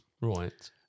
Right